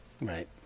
right